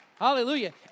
Hallelujah